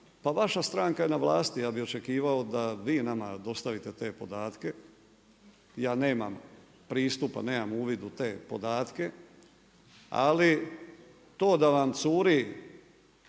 Pa vaša stranka je na vlasti, ja bih očekivao da vi nama dostavite te podatke. Ja nemam pristupa, nemam uvid u te podatke. Ali to da vam curi,